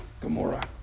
Gomorrah